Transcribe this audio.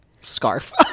scarf